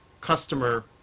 customer